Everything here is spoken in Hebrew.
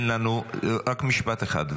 --- רק משפט אחד.